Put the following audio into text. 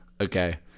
Okay